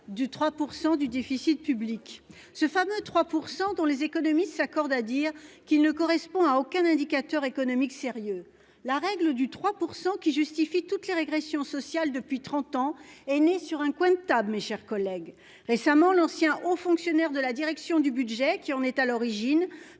du 3% du déficit public, ce fameux 3% dont les économistes s'accordent à dire qu'il ne correspond à aucun indicateur économique sérieux. La règle du 3% qui justifie toutes les régressions sociales depuis 30 ans est né sur un coin de table, mes chers collègues récemment l'ancien haut fonctionnaire de la direction du budget qui en est à l'origine